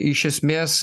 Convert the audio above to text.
iš esmės